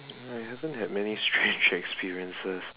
I haven't had many strange experiences